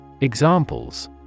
Examples